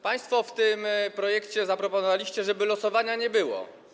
Państwo w tym projekcie zaproponowaliście, żeby losowania nie było.